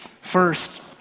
First